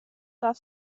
darf